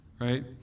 right